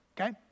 okay